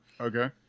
Okay